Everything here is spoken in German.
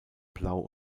blau